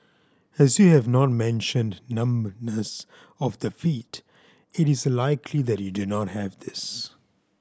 as you have not mentioned numbness of the feet it is likely that you do not have this